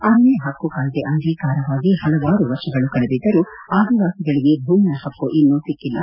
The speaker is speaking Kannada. ಅರಣ್ಯ ಪಕ್ಕು ಕಾಯ್ದೆ ಅಂಗೀಕಾರವಾಗಿ ಪಲವಾರು ವರ್ಷಗಳು ಕಳೆದಿದ್ದರೂ ಆದಿವಾಸಿಗಳಿಗೆ ಭೂಮಿಯ ಪಕ್ಕು ಇನ್ನೂ ಸಿಕ್ಕೆಲ್ಲ